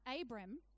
Abram